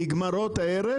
תנתח את כל השרשרת.